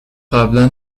قبلا